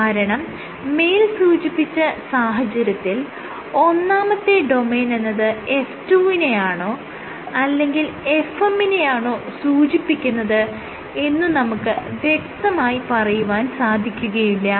കാരണം മേൽ സൂചിപ്പിച്ച സാഹചര്യത്തിൽ ഒന്നാമത്തെ ഡൊമെയ്ൻ എന്നത് F2 നെയാണോ അല്ലെങ്കിൽ FM നെയാണോ സൂചിപ്പിക്കുന്നത് എന്ന് നമുക്ക് വ്യക്തമായി പറയുവാൻ സാധിക്കുകയില്ല